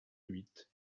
huit